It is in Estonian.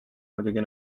muidugi